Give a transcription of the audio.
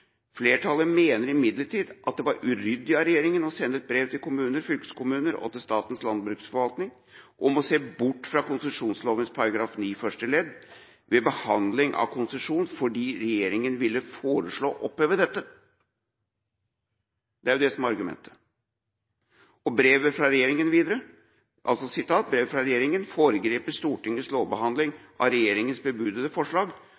flertallet mener det er uryddig av regjeringen å sende brev til kommuner, fylkeskommuner og SLF om å se bort fra konsesjonslovens § 9 første ledd ved behandling av konsesjon fordi regjeringen vil foreslå å oppheve dette.» Det står også at «brevet fra regjeringen foregriper Stortingets lovbehandling av regjeringens forslag